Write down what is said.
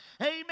Amen